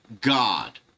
God